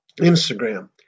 Instagram